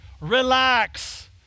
Relax